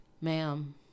Ma'am